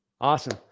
awesome